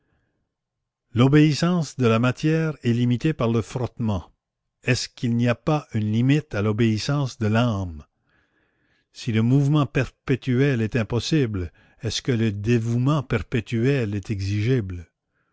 l'obéissance de la matière est limitée par le frottement est-ce qu'il n'y a pas une limite à l'obéissance de l'âme si le mouvement perpétuel est impossible est-ce que le dévouement perpétuel est exigible